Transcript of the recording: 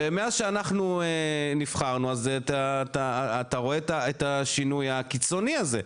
ומאז שאנחנו נבחרנו אז אתה רואה את השינוי הקיצוני הזה,